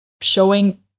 showing